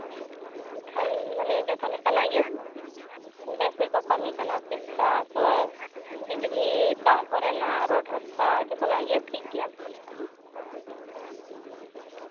ᱮᱱᱠᱷᱟᱱ ᱢᱟᱱᱮ ᱡᱚᱛᱚ ᱞᱮᱠᱟᱱᱟᱜ ᱜᱮ ᱵᱮᱥ ᱜᱮᱠᱚ ᱠᱟᱹᱢᱤ ᱠᱟᱱᱟ ᱥᱤᱠᱪᱷᱟ ᱥᱚᱣᱟᱥᱛᱷ ᱵᱤᱡᱽᱞᱤ ᱫᱟᱜ ᱠᱚᱨᱮᱱᱟᱜ ᱨᱳᱰ ᱨᱟᱥᱛᱟ ᱡᱚᱛᱚᱱᱟᱜ ᱜᱮ ᱴᱷᱤᱠ ᱜᱮᱭᱟ